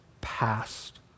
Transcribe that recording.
past